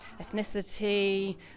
ethnicity